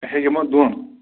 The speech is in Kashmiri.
ہے یِمَن دۄن